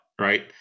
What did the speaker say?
right